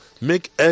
make